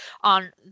On